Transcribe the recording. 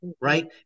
Right